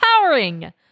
empowering